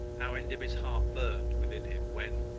how enderby's heart burned within him, when,